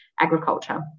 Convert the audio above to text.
agriculture